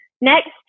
Next